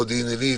עילית,